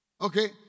Okay